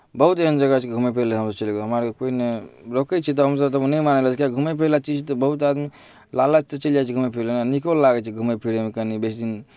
बहुत एहन जगह छै कि घूमय फिरय लेल हमसभ चलि गेलहुँ हमरा आरकेँ कोइ नहि रोकै छै तऽ हमसभ तऽ ओ नहि मानल किएकि घूमै फिरैवला चीज तऽ बहुत आदमी लालचसँ चलि जाइ छै घूमै फिरय लल नहि नीको लागै छै घूमै फिरयमे कनि बेसी